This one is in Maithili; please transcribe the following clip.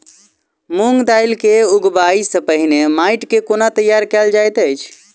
मूंग दालि केँ उगबाई सँ पहिने माटि केँ कोना तैयार कैल जाइत अछि?